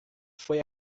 foi